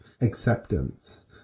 acceptance